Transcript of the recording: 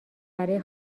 برای